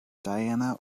diana